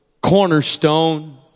cornerstone